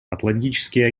атлантический